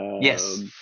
Yes